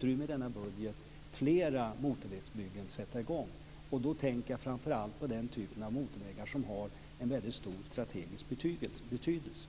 kommer flera motorvägsbyggen att sättas i gång. Till det finns utrymme i denna budget. Då tänker jag framför allt på den typ av motorvägar som har en väldigt stor strategisk betydelse.